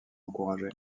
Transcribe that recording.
encouragé